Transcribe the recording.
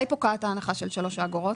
מתי פוקעת ההנחה של השלוש אגורות?